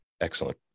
Excellent